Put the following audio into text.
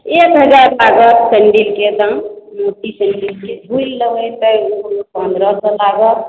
एक हजार लागत सेंडिलके दाम मोटी सेंडिलके हील लेबै तऽ पन्द्रह सए लागत